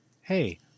Hey